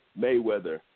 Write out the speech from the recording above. Mayweather